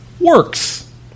Works